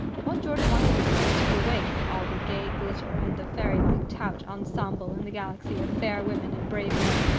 what george wanted now was to be away from all the gay glitter and the fairylike tout ensemble and the galaxy of fair women and brave men,